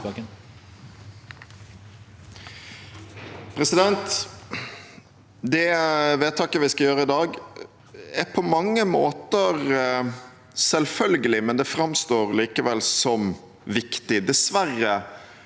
Det vedtaket vi skal gjøre i dag, er på mange måter selvfølgelig, men det framstår likevel som viktig